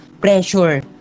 pressure